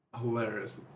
hilarious